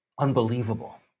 unbelievable